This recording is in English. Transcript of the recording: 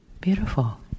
Beautiful